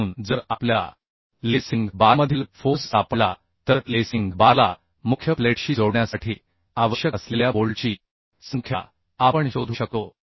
म्हणून जर आपल्याला लेसिंग बारमधील फोर्स सापडला तर लेसिंग बारला मुख्य प्लेटशी जोडण्यासाठी आवश्यक असलेल्या बोल्टची संख्या आपण शोधू शकतो